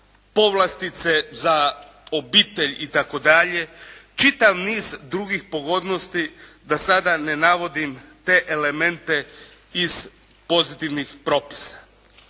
povlastice za obitelj itd. Čitav niz drugih pogodnosti da sada ne navodim te elemente iz pozitivnih propisa.